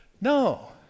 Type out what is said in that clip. No